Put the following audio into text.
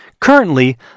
Currently